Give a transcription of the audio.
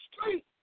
street